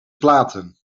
platen